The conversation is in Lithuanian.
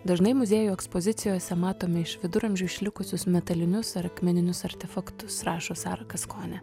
dažnai muziejų ekspozicijose matome iš viduramžių išlikusius metalinius ar akmeninius artefaktus rašo sarkas kone